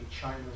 China